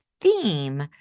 theme